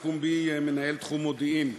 מכרז פומבי, מנהל תחום מודיעין.